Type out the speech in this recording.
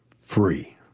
free